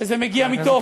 שזה מגיע מתוך,